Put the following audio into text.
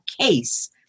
case